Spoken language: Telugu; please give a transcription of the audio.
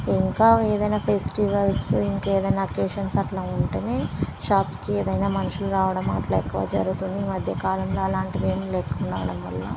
ఇంకా ఏదైనా ఫెస్టివల్స్ ఇంకా ఏదైనా అకేషన్స్ అట్లా ఉంటే షాప్స్కి ఏదైనా మనుషులు రావడం అట్లా ఎక్కువ జరుగుతుంది ఈ మధ్యకాలంలో అలాంటివి ఏమి లేకుండా ఉండటం వల్ల